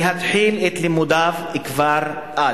להתחיל את לימודיו כבר אז.